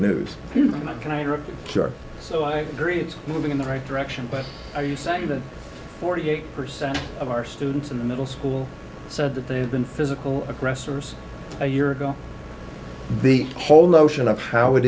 care so i agree it's moving in the right direction but are you saying that forty eight percent of our students in middle school said that they had been physical aggressors a year ago the whole notion of how it